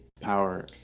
power